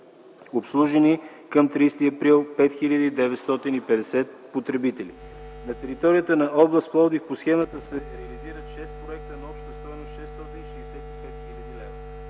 обслужени 5 950 потребители. На територията на област Пловдив по схемата се реализират шест проекта на обща стойност 665 хил.